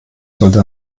sollte